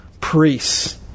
priests